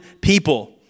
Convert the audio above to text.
people